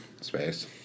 space